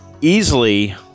Easily